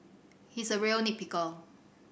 he is a real nit picker